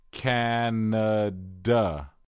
Canada